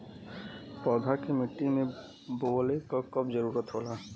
पौधा के मिट्टी में बोवले क कब जरूरत होला